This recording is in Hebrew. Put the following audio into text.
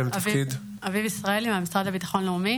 של התנהגות פוליטית נלוזה,